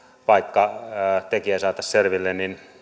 vaikka tekijä saataisiin selville